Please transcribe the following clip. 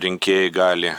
rinkėjai gali